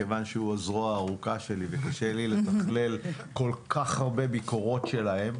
מכיוון שהוא הזרוע הארוכה שלי וקשה לי לתכלל כל כך הרבה ביקורות שלהם,